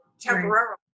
temporarily